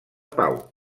pau